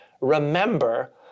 remember